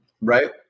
right